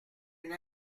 une